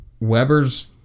Weber's